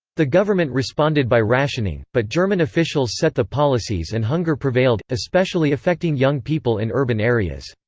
the government responded by rationing, but german officials set the policies and hunger prevailed, especially affecting young people in urban areas.